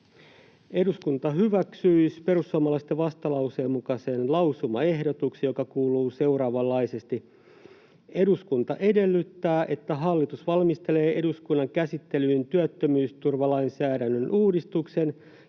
eduskunta hyväksyy perussuomalaisten vastalauseen mukaisen lausumaehdotuksen, joka kuuluu seuraavanlaisesti: ”Eduskunta edellyttää, että hallitus valmistelee eduskunnan käsittelyyn työttömyysturvalainsäädännön uudistuksen,